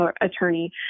attorney